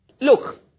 Look